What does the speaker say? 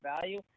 value